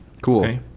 Cool